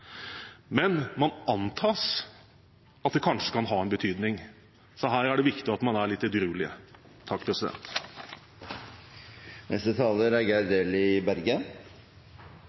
men man antar at det kanskje kan ha en betydning. Så her er det viktig at man er edruelig. Interpellanten Helga Pedersen reiser ein viktig debatt. Det er